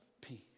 Peace